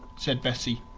said bessie.